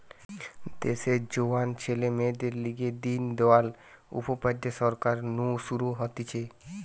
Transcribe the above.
দেশের জোয়ান ছেলে মেয়েদের লিগে দিন দয়াল উপাধ্যায় সরকার নু শুরু হতিছে